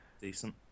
decent